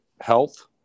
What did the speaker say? health